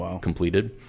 completed